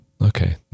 okay